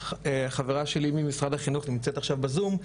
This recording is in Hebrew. חברה שלי ממשרד החינוך נמצאת עכשיו בזום,